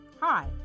hi